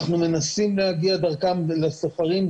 אנחנו מנסים להגיע דרכם לסוחרים,